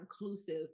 inclusive